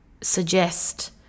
suggest